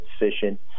efficient